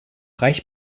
reich